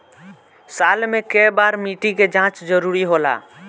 साल में केय बार मिट्टी के जाँच जरूरी होला?